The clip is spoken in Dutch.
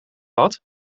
dat